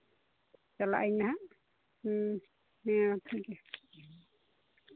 ᱪᱟᱞᱟᱜ ᱟᱹᱧ ᱦᱟᱸᱜ ᱦᱮᱸ ᱦᱮᱸ ᱴᱷᱤᱠ ᱜᱮᱭᱟ